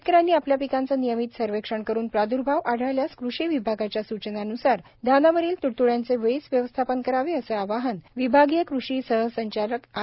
शेतकऱ्यांनी आपल्या पिकाचे नियमित सर्वेक्षण करुन प्रादुर्भाव आढळल्यास कृषी विभागाच्या सूचनान्सार धानावरील त्डत्ड्यांचे वेळीच व्यवस्थापन करावे असे आवाहन विभागीय कृषी सहसंचालक आर